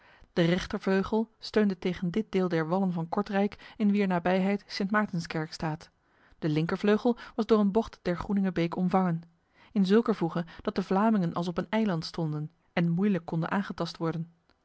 de rechtervleugel steunde tegen dit deel der wallen van kortrijk in wier nabijheid sint maartens kerk staat de linkervleugel was door een bocht der groeningebeek omvangen in zulker voege dat de vlamingen als op een eiland stonden en moeilijk konden aangetast worden